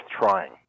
trying